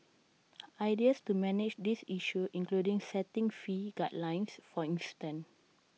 ideas to manage this issue include setting fee guidelines for instance